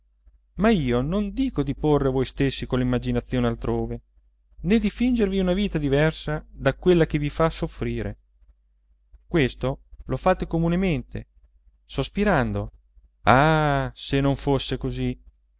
ma io non dico di porre voi stessi con l'immaginazione altrove né di fingervi una vita diversa da quella che vi fa soffrire questo lo fate comunemente sospirando ah se non fossi così